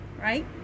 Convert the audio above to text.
Right